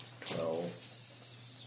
Twelve